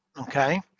okay